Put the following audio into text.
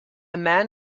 man